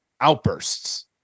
outbursts